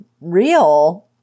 real